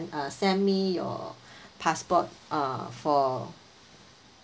uh send me your passport uh for